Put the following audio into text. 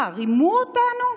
מה, רימו אותנו?